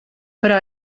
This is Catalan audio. però